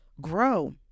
grow